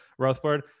Rothbard